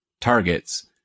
targets